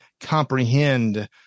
comprehend